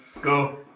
Go